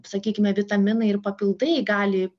sakykime vitaminai ir papildai gali